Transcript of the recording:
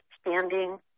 Standing